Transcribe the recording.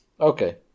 Okay